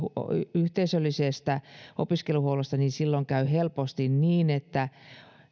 yhteisöllisestä opiskeluhuollosta silloin käy helposti niin että